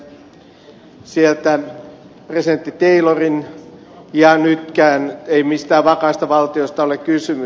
muistamme sieltä presidentti taylorin ja nytkään ei mistään vakaasta valtiosta ole kysymys